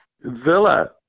Villa